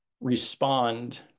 respond